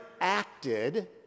acted